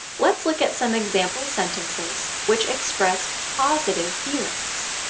let's look at some example sentences which express positive feelings